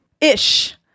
Ish